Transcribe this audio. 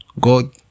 God